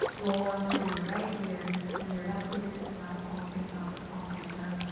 roll onto your right ear. send your left fingertips out, palm face up or palm face down,